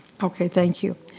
okay, thank you.